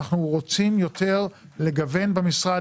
אנחנו רוצים לגוון במשרד.